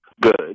good